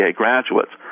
graduates